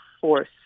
force